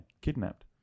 kidnapped